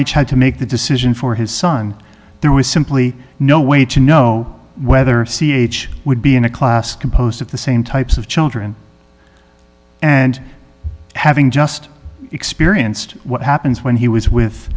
h had to make the decision for his son there was simply no way to know whether c h would be in a class composed of the same types of children and having just experienced what happens when he was